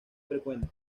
frecuente